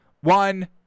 one